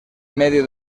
medio